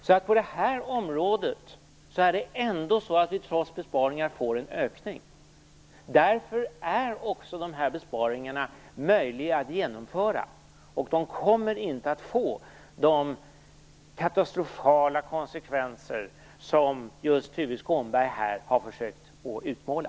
Så på det här området får vi ändå, trots besparingar, en ökning. Därför är också dessa besparingar möjliga att genomföra, och de kommer inte att få de katastrofala konsekvenser som Tuve Skånberg här har försökt utmåla.